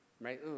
right